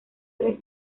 tres